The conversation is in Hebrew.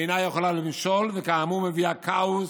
אינה יכולה למשול, וכאמור, מביאה כאוס